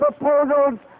proposals